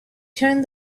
turned